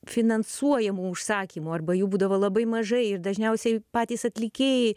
finansuojamų užsakymų arba jų būdavo labai mažai ir dažniausiai patys atlikėjai